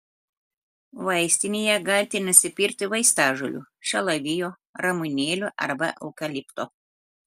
vaistinėje galite nusipirkti vaistažolių šalavijo ramunėlių arba eukalipto